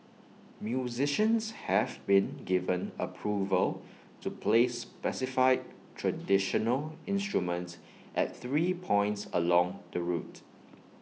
musicians have been given approval to play specified traditional instruments at three points along the route